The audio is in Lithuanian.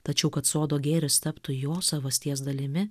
tačiau kad sodo gėris taptų jo savasties dalimi